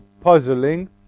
puzzling